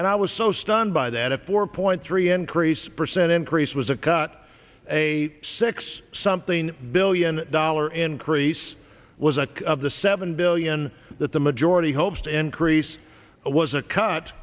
and i was so stunned by that a four point three increase percent increase was a cut a six something billion dollar increase was a of the seven billion that the majority hopes to increase was a cut